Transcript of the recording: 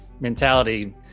mentality